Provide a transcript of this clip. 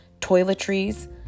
toiletries